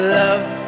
love